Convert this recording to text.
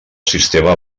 sistema